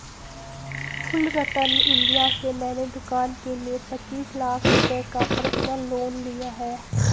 Fullerton India से मैंने दूकान के लिए पचीस लाख रुपये का पर्सनल लोन लिया है